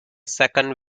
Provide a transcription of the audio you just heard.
second